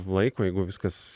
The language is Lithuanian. laiko jeigu viskas